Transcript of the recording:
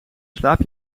slaap